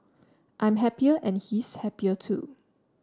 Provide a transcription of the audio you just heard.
I'm happier and he's happier too